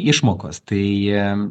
išmokos tai